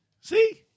See